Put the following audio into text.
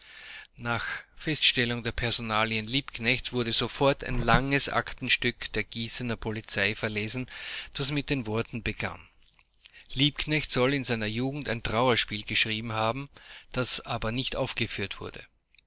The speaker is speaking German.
nach feststellung der personalien liebknechts wurde sofort ein langes aktenstück der gießener polizei verlesen das mit den worten begann liebknecht soll in seiner jugend ein trauerspiel geschrieben haben das aber nicht aufgeführt wurde